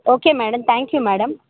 okay madam thank you madam